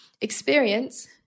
Experience